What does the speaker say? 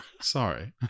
sorry